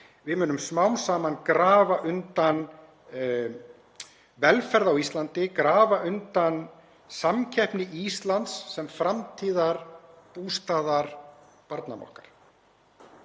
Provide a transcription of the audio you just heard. Við munum smám saman grafa undan velferð á Íslandi og grafa undan samkeppni Íslands sem framtíðarbústaðar barnanna okkar.